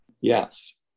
Yes